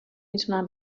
میتونم